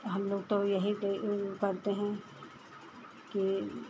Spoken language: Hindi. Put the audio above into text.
हमलोग तो यही करते हैं कि